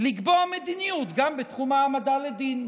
לקבוע מדיניות גם בתחום העמדה לדין.